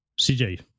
CJ